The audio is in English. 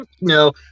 No